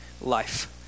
life